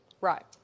Right